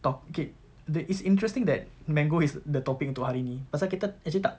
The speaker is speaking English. talki~ the it's interesting that mango is the topic untuk hari ini pasal kita actually tak